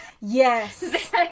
Yes